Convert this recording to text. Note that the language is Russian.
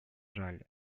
жаль